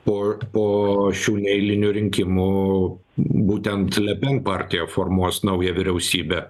po po šių neeilinių rinkimų būtent lepen partija formuos naują vyriausybę